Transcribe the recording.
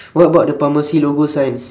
what about the pharmacy logo signs